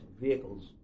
vehicles